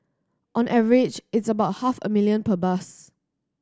on average it's about half a million per bus